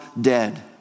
dead